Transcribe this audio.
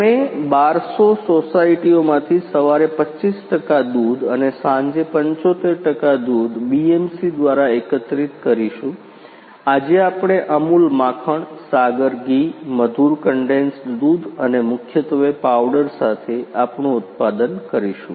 અમે 1200 સોસાયટીઓમાંથી સવારે 25 ટકા દૂધ અને સાંજે 75 ટકા દૂધ બીએમસી દ્વારા એકત્રિત કરીશું આજે આપણે અમુલ માખણ સાગર ઘી મધુર કન્ડેન્સ્ડ દૂધ અને મુખ્યત્વે પાવડર સાથે આપણું ઉત્પાદન કરીશું